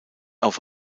auf